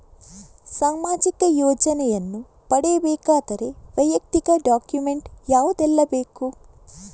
ಸಾಮಾಜಿಕ ಯೋಜನೆಯನ್ನು ಪಡೆಯಬೇಕಾದರೆ ವೈಯಕ್ತಿಕ ಡಾಕ್ಯುಮೆಂಟ್ ಯಾವುದೆಲ್ಲ ಬೇಕು?